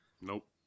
Nope